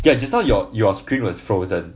ya just now your your screen was frozen